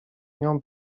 nią